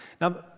Now